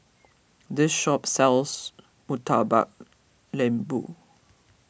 this shop sells Murtabak Lembu